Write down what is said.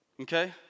Okay